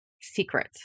secret